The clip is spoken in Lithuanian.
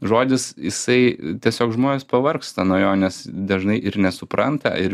žodis jisai tiesiog žmonės pavargsta nuo jo nes dažnai ir nesupranta ir